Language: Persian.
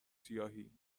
سیاهی